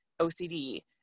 OCD